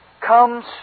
comes